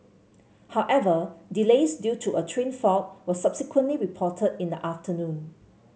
however delays due to a train fault were subsequently reported in the afternoon